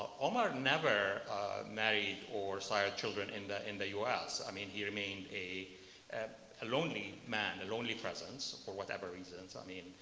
omar never married or sired children in the in the us. i mean, he remained a and a lonely man, a lonely presence for whatever reason. so i mean,